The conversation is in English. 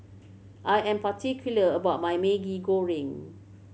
I am particular about my Maggi Goreng